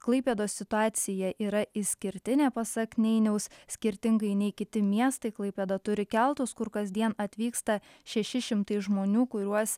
klaipėdos situacija yra išskirtinė pasak neiniaus skirtingai nei kiti miestai klaipėda turi keltus kur kasdien atvyksta šeši šimtai žmonių kuriuos